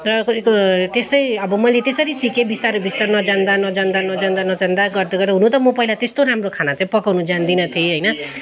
त्यस्तै अब मैले त्यसरी सिके बिस्तारो बिस्तारो नजान्दा नजान्दा नजान्दा नजान्दा गर्दा हुनु त मो पहिला त्यस्तो राम्रो खाना चाहिँ पकाउनु जान्दिनँ थिएँ होइन